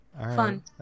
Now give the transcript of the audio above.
fun